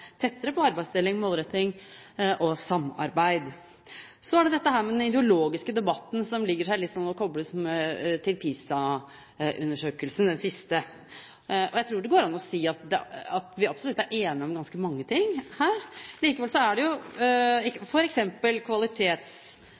tettere på arbeidsdeling, målretting og samarbeid. Så til den ideologiske debatten som kobles til den siste PISA-undersøkelsen: Jeg tror det går an å si at vi absolutt er enige om ganske mange ting her, f.eks. kvalitetsutvikling, tidlig innsats og svært mange andre temaer som det hadde gått an å komme inn på, f.eks. foreldre–skole-samarbeid. Men det er jo også ulike syn på noen områder, og det